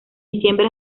diciembre